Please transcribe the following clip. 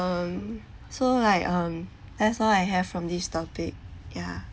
um so like um that's all I have from this topic yeah